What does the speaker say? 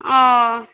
औ